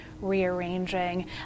rearranging